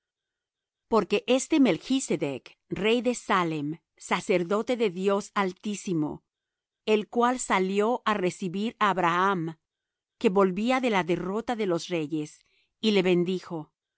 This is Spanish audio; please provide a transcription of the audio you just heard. porque este melchsedec rey de salem sacerdote del dios altísimo el cual salió á recibir á abraham que volvía de la derrota de los reyes y le bendijo al